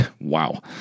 wow